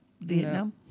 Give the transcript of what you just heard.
Vietnam